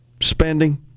spending